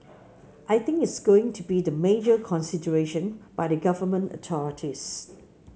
I think is going to be the major consideration by the government authorities